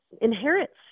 inherits